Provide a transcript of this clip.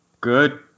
good